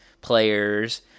players